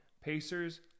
Pacers